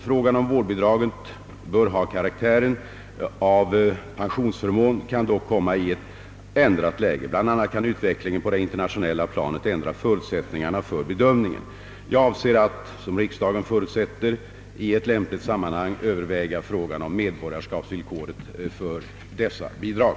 Frågan om vårdbidraget bör ha karaktären av pensionsförmån kan dock komma i ett ändrat läge. Bl. a. kan utvecklingen på det internationella planet ändra förutsättningarna för bedömningen. Jag avser att, som riksdagen förutsätter, i ett lämpligt sammanhang överväga frågan om medborgarskapsvillkoret för dessa bidrag.